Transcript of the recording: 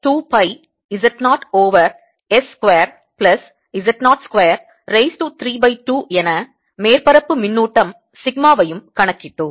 q over 2 pi Z naught over s square plus Z naught square raise to 3 by 2 என மேற்பரப்பு மின்னூட்டம் சிக்மாவையும் கணக்கிட்டோம்